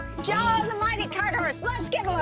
joey and the mighty cartimus, let's give